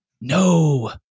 No